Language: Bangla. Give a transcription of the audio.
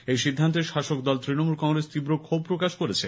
এই সিদ্ধান্তে শাসকদল তৃণমূল কংগ্রেস তীব্র ক্ষোভ প্রকাশ করেছে